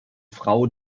frau